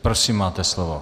Prosím, máte slovo.